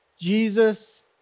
Jesus